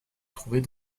trouver